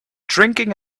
drinking